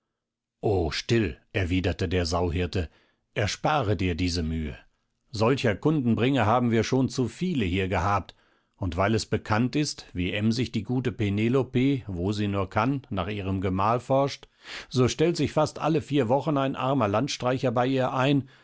o still erwiderte der sauhirte erspare dir diese mühe solcher kundenbringer haben wir schon zu viele hier gehabt und weil es bekannt ist wie emsig die gute penelope wo sie nur kann nach ihrem gemahl forscht so stellt sich fast alle vier wochen ein armer landstreicher bei ihr ein